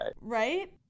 Right